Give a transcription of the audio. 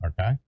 Okay